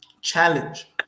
challenge